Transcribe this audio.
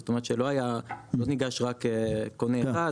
זאת אומרת לא ניגש רק קונה אחד,